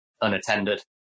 unattended